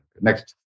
Next